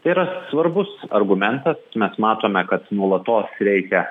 tai yra svarbus argumentas mes matome kad nuolatos reikia